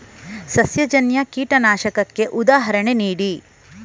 ಸಸ್ಯಜನ್ಯ ಕೀಟನಾಶಕಕ್ಕೆ ಉದಾಹರಣೆ ನೀಡಿ?